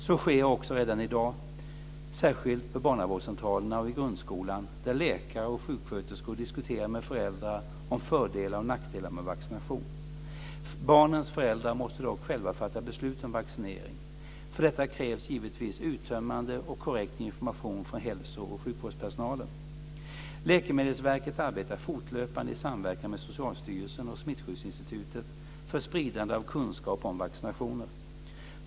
Så sker också redan i dag särskilt på barnavårdscentralerna och i grundskolan, där läkare och sjuksköterskor diskuterar med föräldrar om fördelar och nackdelar med vaccination. Barnens föräldrar måste dock själva fatta beslut om vaccinering. För detta krävs givetvis uttömmande och korrekt information från hälso och sjukvårdspersonalen. Läkemedelsverket arbetar fortlöpande i samverkan med Socialstyrelsen och Smittskyddsinstitutet för spridande av kunskap om vaccinationer.